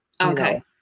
Okay